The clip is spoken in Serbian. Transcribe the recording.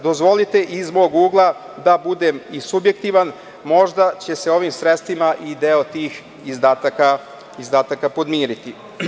Dozvolite iz mog ugla, da budem i subjektivan, možda će se ovim sredstvima i deo tih izdataka podmiriti.